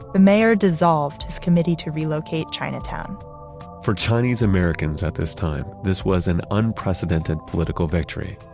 the mayor dissolved his committee to relocate chinatown for chinese-americans at this time, this was an unprecedented political victory,